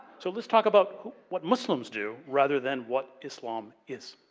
so, let's talk about what muslim's do, rather than what islam is.